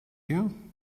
you